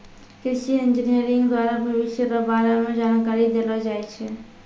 कृषि इंजीनियरिंग द्वारा भविष्य रो बारे मे जानकारी देलो जाय छै